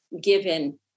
given